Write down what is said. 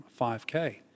5k